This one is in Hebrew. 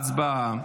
הצבעה.